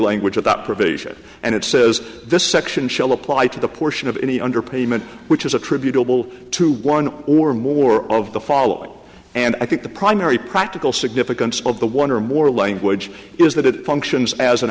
language of that provision and it says this section shall apply to the portion of any underpayment which is attributable to one or more of the following and i think the primary practical significance of the one or more language is that it functions as an